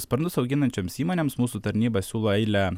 sparnus auginančioms įmonėms mūsų tarnyba siūlo eilę